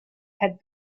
had